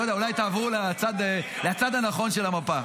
אולי תעברו לצד הנכון של המפה.